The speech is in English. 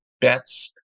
bets